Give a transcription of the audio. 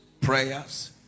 prayers